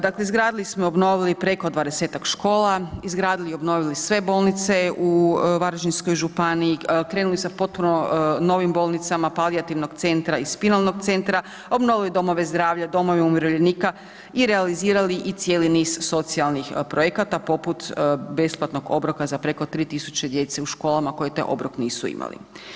Dakle izgradili smo i obnovili preko 20-ak škola, izgradili i obnovili sve bolnice u Varaždinskoj županiji, krenuli sa potporom novih bolnicama palijativnog centra i spinalnog centra, obnovili domove zdravlja, domove umirovljenika i realizirali i cijeli niz socijalnih projekata, poput besplatnog obroka za preko 3.000 djece u školama koji taj obrok nisu imali.